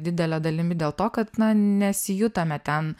didele dalimi dėl to kad na nesijutome ten